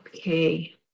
Okay